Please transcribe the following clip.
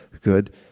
good